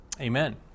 amen